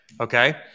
okay